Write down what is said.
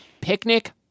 Picnic